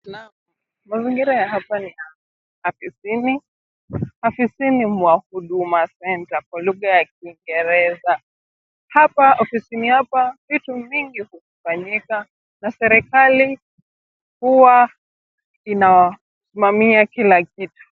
Naam, mazingira ya hapa ni ya afisini. Afisini mwa huduma centre kwa lugha ya kiingereza. Hapa ofisini hapa vitu vingi hufanyika na serikali huwa inawasimamia kila kitu.